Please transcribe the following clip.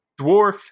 dwarf